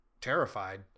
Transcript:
Terrified